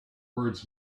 words